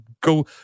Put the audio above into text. go